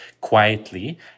quietly